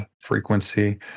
frequency